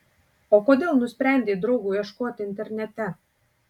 o kodėl nusprendei draugo ieškoti internete